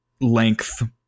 length